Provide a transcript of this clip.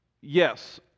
Yes